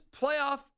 playoff